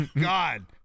God